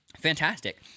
fantastic